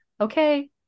Okay